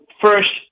first